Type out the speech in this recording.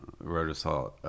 rotisserie